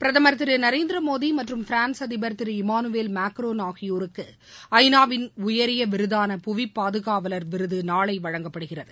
பிரதமர் திரு நரேந்திரமோடி மற்றும் பிரான்ஸ் அதிபர் திரு இமானுவேல் மாக்ருன் ஆகியோருக்கு ஐநாவின் உயரிய விருதான புவி பாதுகாவலர் விருது நாளை வழங்கப்படுகிறது